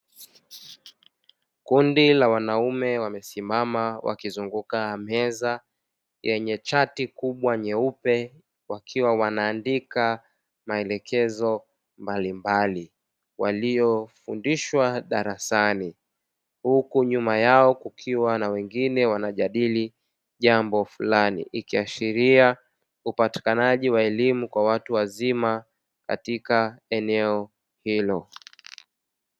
Kundi la wanaume wamesimama wakizunguka meza yenye chati kubwa nyeupe, wakiwa wanaandika maelekezo mbalimbali waliofundishwa darasani huku nyuma yao kukiwa na wengine wanajadili jambo fulani, ikiashiria upatikanaji wa elimu kwa watu wazima katika eneo hilo.